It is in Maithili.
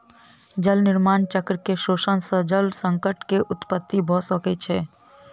जल निर्माण चक्र के शोषण सॅ जल संकट के उत्पत्ति भ सकै छै